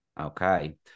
Okay